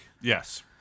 Yes